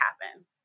happen